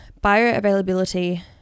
bioavailability